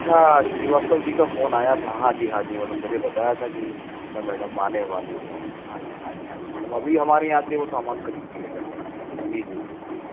अच्छा श्रीवास्तव जी का फ़ोन आया था हाँ जी हाँ जी मैडम मुझे बताया था कि मैडम आने वाली है हाँ जी हाँ जी हाँ जी मैडम अभी हमारे यहाँ से सामान खरीद कर लेकर गए जी जी जी